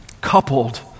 coupled